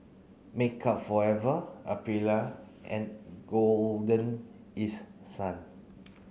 Makeup Forever Aprilia and Golden East Sun